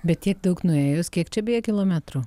bet tiek daug nuėjus kiek čia beje kilometrų